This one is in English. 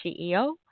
CEO